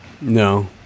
No